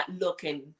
looking